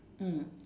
mm